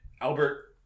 Albert